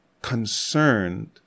concerned